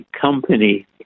company